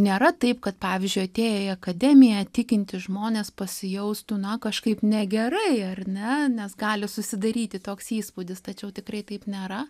nėra taip kad pavyzdžiui atėję į akademiją tikintys žmonės pasijaustų na kažkaip negerai ar ne nes gali susidaryti toks įspūdis tačiau tikrai taip nėra